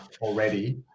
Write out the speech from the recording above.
already